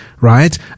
right